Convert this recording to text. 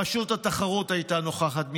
רשות התחרות הייתה נוכחת,